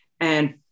And-